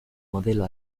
modelo